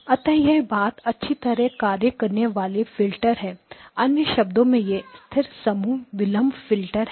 अतः यह बहुत अच्छी तरह कार्य करने वाले फिल्टर है अन्य शब्दों में यह स्थिर समूह विलंब फिल्टर है